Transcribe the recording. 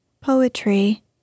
poetry